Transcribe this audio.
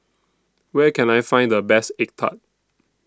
Where Can I Find The Best Egg Tart